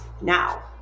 Now